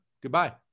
Goodbye